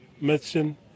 medicine